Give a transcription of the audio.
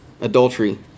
adultery